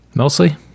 Mostly